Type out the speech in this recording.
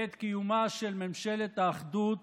בעת קיומה של ממשלת האחדות